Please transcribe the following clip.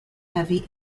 heavy